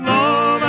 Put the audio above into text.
Love